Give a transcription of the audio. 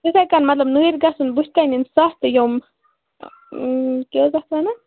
تِتھَے کَن مطلب نٔرۍ گژھن بٕتھِ کَنہِ یِن سَتھ یِم کیٛاہ حظ تَتھ وَنان